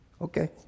Okay